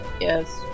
Yes